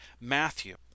Matthew